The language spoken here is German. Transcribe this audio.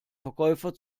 verkäufer